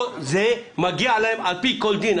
פה זה מגיע להם על פי כל דין.